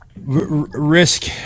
Risk